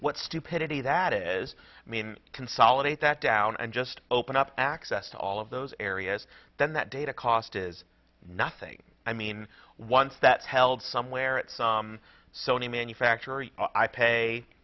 what stupidity that is i mean consolidate that down and just open up access to all of those areas then that data cost is nothing i mean once that's held somewhere at some sony manufacturer i pay